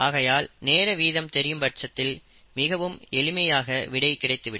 ஆகையால் நேர வீதம் தெரியும் பட்சத்தில் மிகவும் எளிமையாக விடை கிடைத்துவிடும்